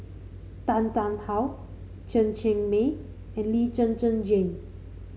Tan Tarn How Chen Cheng Mei and Lee Zhen Zhen Jane